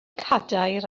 cadair